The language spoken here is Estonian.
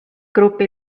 grupi